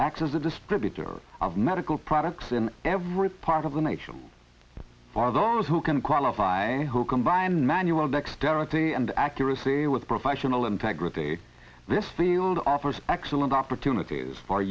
as a distributor of medical products in every part of the nation or those who can qualify who combine manual dexterity and accuracy with professional integrity this field offers excellent opportunities for